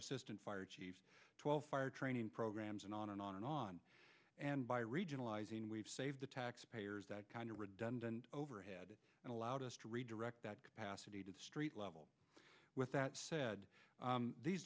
assistant fire chief twelve fire training programmes and on and on and on and by regionalizing we've saved the taxpayers that kind of redundant overhead and allowed us to redirect that capacity to the street level with that said these